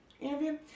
interview